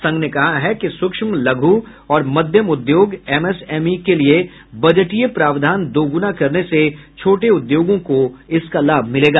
संघ ने कहा है कि सूक्ष्म लघू और मध्यम उद्योग एमएसएमई के लिये बजटीय प्रावधान दोगुना करने से छोटे उद्योगों को इसका लाभ मिलेगा